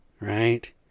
right